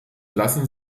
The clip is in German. lassen